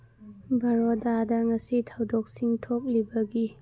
ꯕꯔꯣꯗꯥꯗ ꯉꯁꯤ ꯊꯧꯗꯣꯛꯁꯤꯡ ꯊꯣꯛꯂꯤꯕꯒꯤ